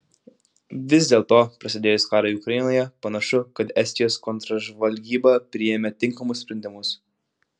vis dėlto prasidėjus karui ukrainoje panašu kad estijos kontržvalgyba priėmė tinkamus sprendimus